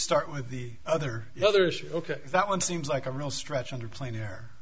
start with the other the other issue ok that one seems like a real stretch under plainer